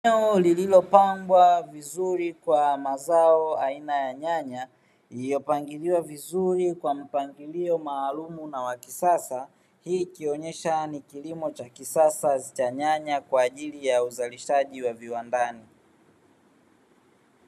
Eneo lililopambwa vizuri kwa mazao aina ya nyanya lililopangiliwa vizuri kwa mpangilio maalumu na wakisasa. Hii ikionyesha ni kilimo cha kisasa cha nyanya kwa ajili ya uzalishaji wa viwandani.